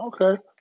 Okay